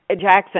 Jackson